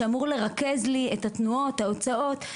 שאמור לרכז לי את התנועות וההוצאות.